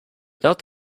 without